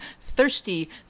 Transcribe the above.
thirsty